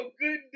good